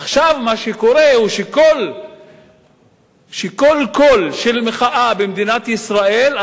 עכשיו מה שקורה הוא שכל קול של מחאה במדינת ישראל,